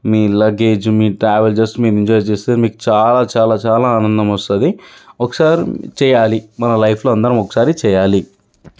మీ luggage మీ travel just మేము enjoy చేస్తే మీకు చాలా చాలా చాలా ఆనందం వస్తుంది ఒకసారి చెయ్యాలి మన లైఫ్లో అందరం ఒకసారి చెయ్యాలి